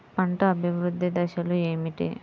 పంట అభివృద్ధి దశలు ఏమిటి?